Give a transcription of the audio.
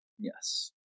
Yes